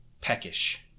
peckish